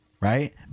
right